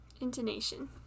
Intonation